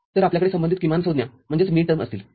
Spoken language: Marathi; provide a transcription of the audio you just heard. तर आपल्याकडे संबंधित किमानसंज्ञा असतील